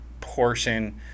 portion